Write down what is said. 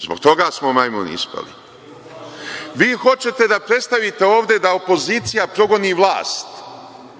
Zbog toga smo majmuni ispali. Vi hoćete da predstavite ovde da opozicija progoni vlast,